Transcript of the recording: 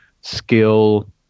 skill